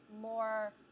more